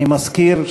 אני מזכיר,